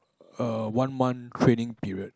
err one month training period